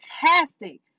fantastic